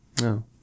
no